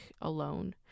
alone